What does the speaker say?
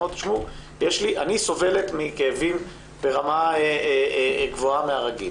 היא אומרת: אני סובלת מכאבים ברמה גבוהה מהרגיל.